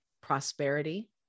prosperity